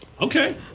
Okay